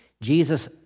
Jesus